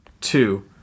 Two